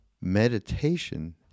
Meditation